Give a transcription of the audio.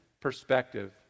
perspective